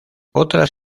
otras